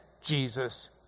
Jesus